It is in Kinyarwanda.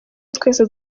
twese